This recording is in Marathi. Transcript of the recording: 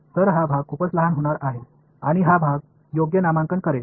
तर हा भाग खूपच लहान होणार आहे आणि हा भाग योग्य नामांकन करेल